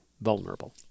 vulnerable